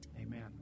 Amen